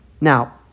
Now